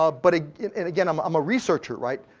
ah but ah and again, i'm i'm a researcher, right?